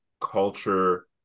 culture